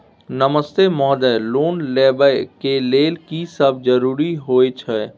नमस्ते महोदय, लोन लेबै के लेल की सब जरुरी होय छै?